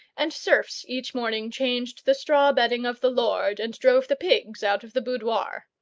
and serfs each morning changed the straw bedding of the lord and drove the pigs out of the boudoir.